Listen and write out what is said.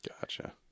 Gotcha